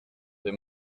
des